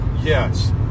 Yes